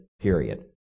period